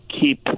keep